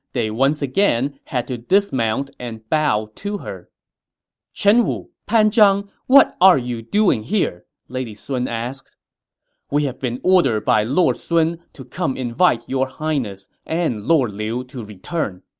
they once again had to dismount and bow to her chen wu, pan zhang, what are you doing here? lady sun asked we have been ordered by lord sun to come invite your highness and lord liu to return.